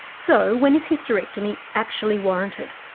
so when is hysterectomy actually warranted?